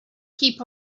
keep